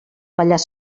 pallars